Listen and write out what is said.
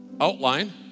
outline